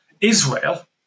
Israel